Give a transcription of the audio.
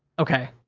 okay,